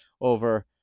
over